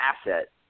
asset